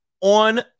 on